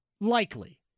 Likely